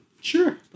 Sure